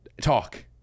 talk